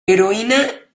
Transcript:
heroína